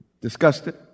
disgusted